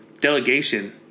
delegation